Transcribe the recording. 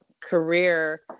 career